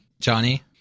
Johnny